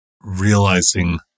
realizing